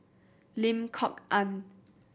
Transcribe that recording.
Lim Kok Ann